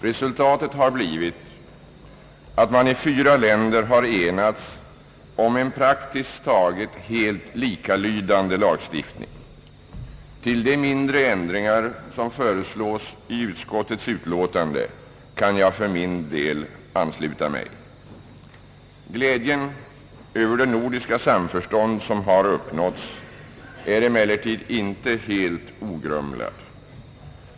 Resultatet har blivit att man i de fyra länderna har enats om en praktiskt taget helt likalydande lagstiftning. Till de mindre ändringar som föreslås i utskottets utlåtande kan jag för min del ansluta mig. Glädjen över det nordiska samförstånd som har uppnåtts är emellertid inte helt ogrumlad.